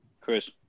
Chris